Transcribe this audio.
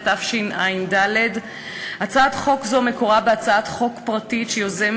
התשע"ד 2014. הצעת חוק זו מקורה בהצעת חוק פרטית שיזמה